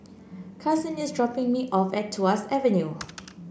Kason is dropping me off at Tuas Avenue